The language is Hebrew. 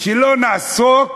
שלא נעסוק